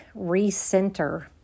recenter